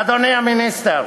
אדוני המיניסטר,